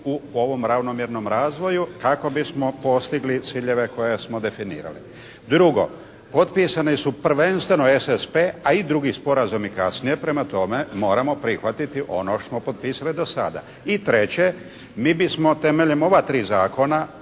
u ovom ravnomjernom razvoju kako bismo postigli ciljeve koje smo definirali. Drugo. Potpisani su prvenstveno SSP, a i drugi sporazumi kasnije, prema tome moramo prihvatiti ono što smo potpisali do sada. I treće, mi bismo temeljem ova tri zakona,